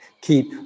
keep